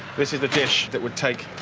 this is the dish that would take